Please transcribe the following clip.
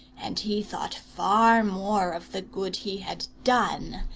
and he thought far more of the good he had done,